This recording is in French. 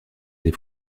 les